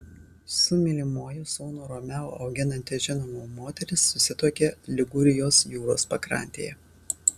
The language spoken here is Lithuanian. su mylimuoju sūnų romeo auginanti žinoma moteris susituokė ligūrijos jūros pakrantėje